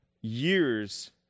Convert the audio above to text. years